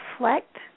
reflect